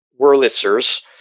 Wurlitzer's